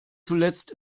zuletzt